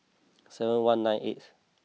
seven one nine eighth